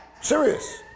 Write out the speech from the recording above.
Serious